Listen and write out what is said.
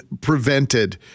prevented